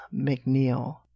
McNeil